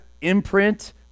imprint